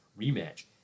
rematch